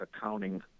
Accounting